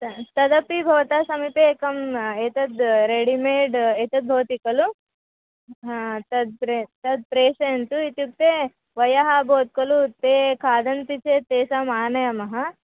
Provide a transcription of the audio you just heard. त तदपि भवतः समीपे एकम् एतद् रेडिमेड् एतद् भवति खलु हा तद् प्रे तद् प्रेषयन्तु इत्युक्ते वयः अभवत् खलु ते खादन्ति चेत् तेषाम् आनयामः